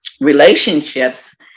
relationships